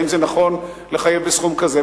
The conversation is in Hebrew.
האם זה נכון לחייב בסכום כזה.